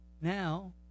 now